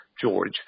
George